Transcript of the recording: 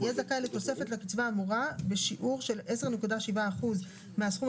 יהיה זכאי לתוספת לקצבה האמורה בשיעור של 10.7% מהסכום